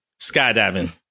Skydiving